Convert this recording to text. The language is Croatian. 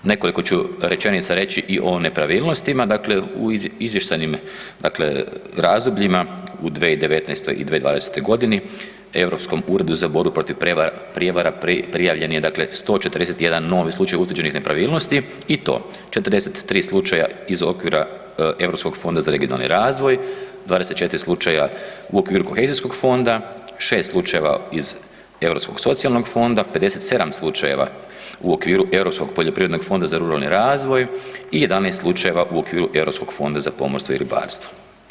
Nekoliko ću rečenica reći i o nepravilnostima, dakle u izvještajnim razdobljima u 2019. i 2020.g. Europskom uredu za borbu protiv prijevara prijavljen je 141 novi slučaj utvrđenih nepravilnosti i to 43 slučaja iz okvira Europskog fonda za regionalni razvoj, 24 slučaja u okviru Kohezijskog fonda, 6 slučaja iz Europskog socijalnog fonda, 57 slučajeva u okviru Europskog poljoprivrednog fonda za ruralni razvoj i 11 slučajeva u okviru Europskog fonda za pomorstvo i ribarstvo.